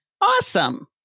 Awesome